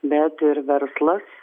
bet ir verslas